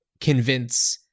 convince